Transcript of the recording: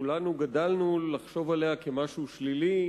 שכולנו גדלנו במחשבה עליה כעל משהו שלילי,